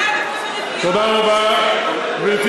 אני מבינה בריביות,